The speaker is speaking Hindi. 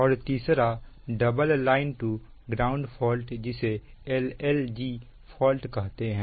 और double line to ground fault जिसे L L G फॉल्ट कहते हैं